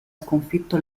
sconfitto